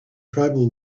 tribal